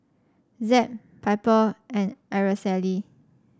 Zeb Piper and Araceli